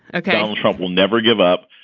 okay trump will never give up.